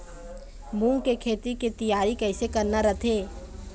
मूंग के खेती के तियारी कइसे करना रथे?